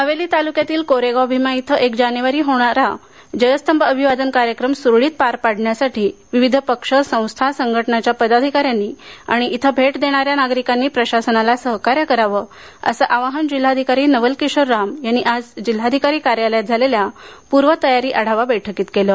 हवेली तालुक्यातील कोरेगाव भिमा येथे एक जानेवारी रोजी होणारा जयस्तंभ अभिवादन कार्यक्रम सुरळीत पार पाडण्यासाठी विविध पक्ष संस्था व संघटनांच्या पदाधिकाऱ्यांनी आणि इथं भेट देणाऱ्या नागरिकांनी प्रशासनाला सहकार्य करावे असं आवाहन जिल्हाधिकारी नवल किशोर राम यांनी आज जिल्हाधिकारी कार्यालयात झालेल्या प्रर्वतयारी आढावा बैठकीत केले